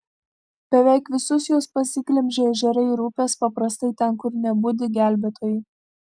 beveik visus juos pasiglemžė ežerai ir upės paprastai ten kur nebudi gelbėtojai